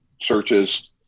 searches